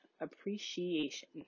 appreciation